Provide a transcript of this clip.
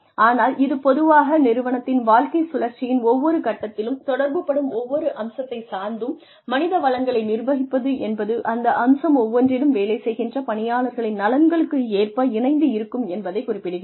ஆனால் இது பொதுவாக நிறுவனத்தின் வாழ்க்கை சுழற்சியின் ஒவ்வொரு கட்டத்திலும் தொடர்பு படும் ஒவ்வொரு அம்சத்தைச் சார்ந்தும் மனித வளங்களை நிர்வகிப்பது என்பது அந்த அம்சம் ஒவ்வொன்றிலும் வேலை செய்கின்ற பணியாளர்களின் நலன்களுக்கு ஏற்ப இணைந்து இருக்கும் என்பதைக் குறிப்பிடுகிறது